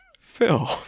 Phil